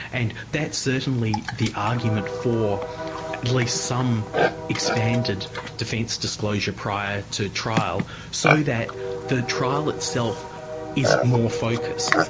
and that's certainly the argument for at least some expanded defence disclosure prior to trial, so that the trial itself is more focused,